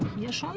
yes. um